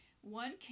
One